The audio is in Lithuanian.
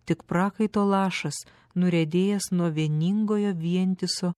tik prakaito lašas nuriedėjęs nuo vieningojo vientiso